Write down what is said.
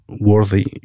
worthy